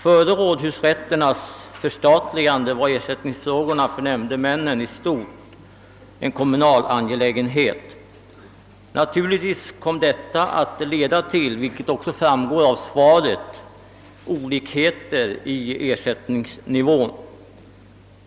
Före rådhusrätternas förstatligande var ersättningsfrågorna för nämndemännen i stort en kommunal angelägenhet. Naturligtvis kom detta att medföra, vilket också framgår av svaret, olikheter i ersättningsnivån.